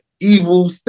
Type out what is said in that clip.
evil